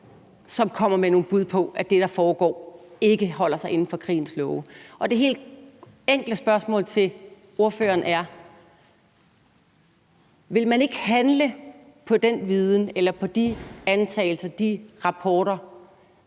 som kommer med nogle bud på, at det, der foregår, ikke holder sig inden for krigens love. Det helt enkle spørgsmål til ordføreren er: Vil man ikke handle på den viden eller på de antagelser, de rapporter,